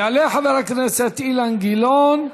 יעלה חבר הכנסת אילן גילאון,